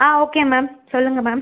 ஆ okay ma'am சொல்லுங்கள் ma'am